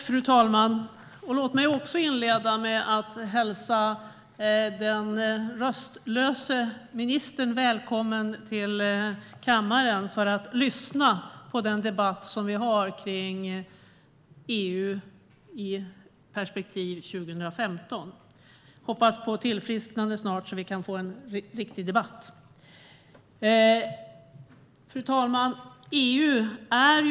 Fru talman! Låt mig inleda med att hälsa den röstlösa ministern välkommen till kammaren för att lyssna på den debatt som vi har kring EU i perspektiv 2015. Vi hoppas på ett snart tillfrisknande, så att vi kan få en riktig debatt. Fru talman!